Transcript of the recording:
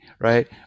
right